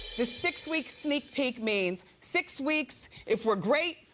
the six week sneak peek means, six weeks, if we're great,